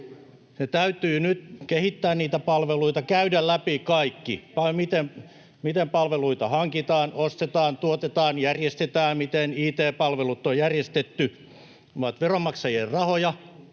täytyy kehittää niitä palveluita, käydä läpi kaikki: miten palveluita hankitaan, ostetaan, tuotetaan, järjestetään, miten it-palvelut on järjestetty. Nämä ovat veronmaksajien rahoja,